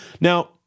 Now